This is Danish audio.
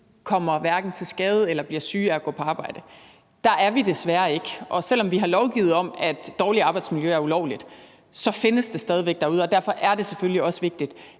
kommer til skade eller bliver syge af at gå på arbejde. Der er vi desværre ikke, og selv om vi har lovgivet om, at dårligt arbejdsmiljø er ulovligt, så findes det stadig væk derude. Derfor er det selvfølgelig også vigtigt,